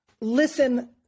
listen